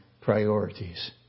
priorities